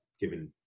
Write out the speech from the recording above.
given